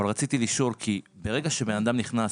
אבל רציתי לשאול כי ברגע שבן אדם נכנס,